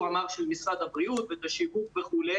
אמ"ר של משרד הבריאות ואת השיווק וכו',